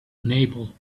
unable